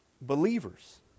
believers